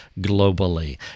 globally